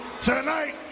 Tonight